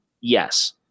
Yes